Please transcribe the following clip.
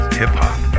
hip-hop